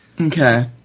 Okay